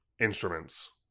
instruments